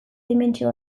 dimentsio